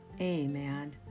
Amen